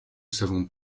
savons